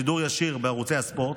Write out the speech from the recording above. שידור ישיר בערוצי הספורט,